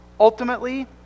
Ultimately